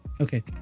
okay